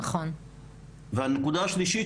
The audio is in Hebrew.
הנקודה השלישית,